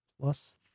Plus